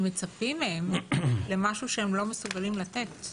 כי מצפים מהם למשהו שהם לא מסוגלים לתת.